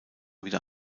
wieder